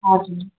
हजुर